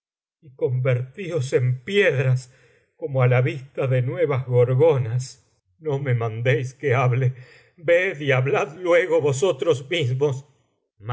convertios en piedras como á la vista de nuevas gorgonas no me mandéis que macbeth lady mac macd lady mac ban macb don macb macd malc len hable ved y hablad luego vosotros mismos